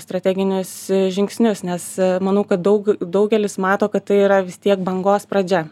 strateginius žingsnius nes manau kad daug daugelis mato kad tai yra vis tiek bangos pradžia